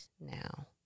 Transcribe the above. now